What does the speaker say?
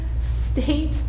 state